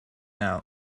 out